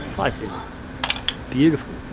place is beautiful,